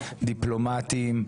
דיפלומטים,